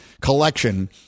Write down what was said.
collection